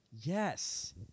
Yes